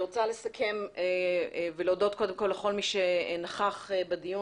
אני רוצה לסכם ולהודות לכל מי שנכח בדיון,